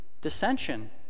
dissension